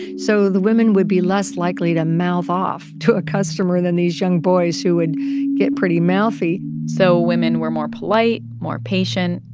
so the women would be less likely to mouth off to a customer than these young boys, who would get pretty mouthy so women were more polite, more patient.